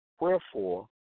wherefore